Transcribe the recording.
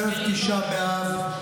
ערב ט' באב,